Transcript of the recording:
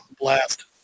blast